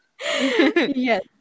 Yes